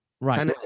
Right